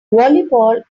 volleyball